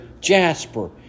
jasper